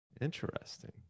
Interesting